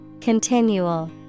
Continual